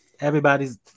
Everybody's